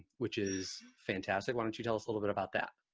which is fantastic. why don't you tell us a little bit about that?